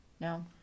No